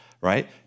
right